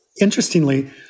interestingly